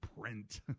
print